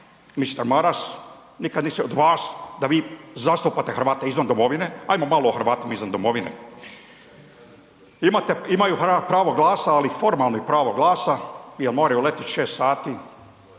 Maras, nikad nisam od vas da vi zastupate Hrvate izvan domovine. Ajmo malo o Hrvatima izvan domovine. Imate, imaju pravo glasa, ali formalno pravo glasa jer moraju letit 6 sati